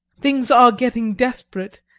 things are getting desperate,